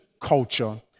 culture